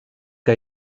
que